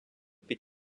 під